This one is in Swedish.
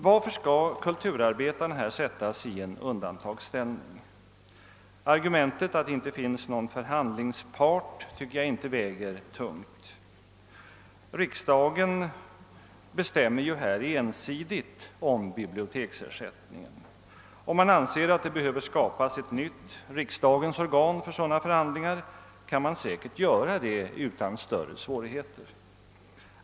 Varför skall kulturarbetarna sättas i en undantagsställning? Argumentet att det inte finns någon förhandlingspart tycker jag inte väger tungt. Riksdagen bestämmer ensidigt om biblioteksersättningen. Om man anser att det behöver skapas ett nytt riksdagsorgan för sådana förhandlingar kan man säkert göra det utan större svårigheter.